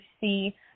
see